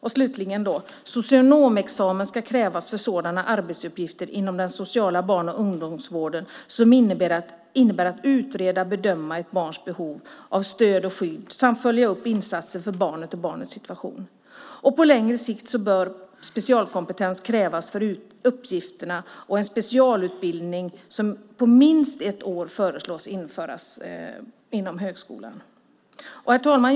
Vidare: "Socionomexamen ska krävas för sådana arbetsuppgifter inom den sociala barn och ungdomsvården som innebär att utreda och bedöma ett barns behov av stöd och skydd samt följa upp insatser för barnet och barnets situation." Slutligen: "På längre sikt bör specialkompetens krävas för uppgifterna och en specialutbildning på minst ett år föreslås införas inom högskolan." Herr talman!